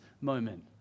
moment